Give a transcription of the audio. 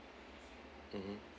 mmhmm